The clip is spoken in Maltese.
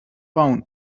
hawn